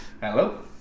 Hello